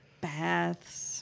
baths